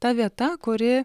ta vieta kuri